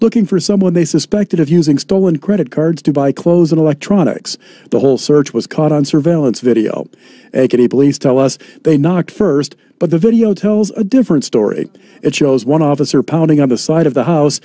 looking for someone they suspected of using stolen credit cards to buy clothes and electronics the whole search was caught on surveillance video police tell us they knocked first but the video tells a different story it shows one officer pounding on the side of the house